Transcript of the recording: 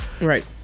Right